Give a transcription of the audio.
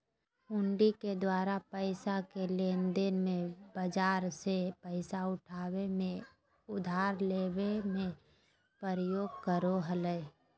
हुंडी के द्वारा पैसा के लेनदेन मे, बाजार से पैसा उठाबे मे, उधार लेबे मे प्रयोग करो हलय